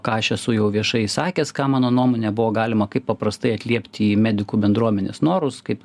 ką aš esu jau viešai sakęs ką mano nuomone buvo galima kaip paprastai atliepti į medikų bendruomenės norus kaip